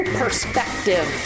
perspective